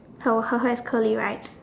her her hair is curly right